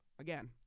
again